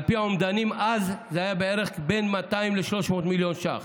על פי האומדנים אז זה היה בערך בין 200 ל-300 מיליון ש"ח